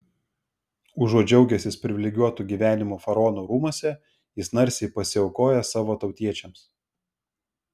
užuot džiaugęsis privilegijuotu gyvenimu faraono rūmuose jis narsiai pasiaukoja savo tautiečiams